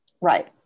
Right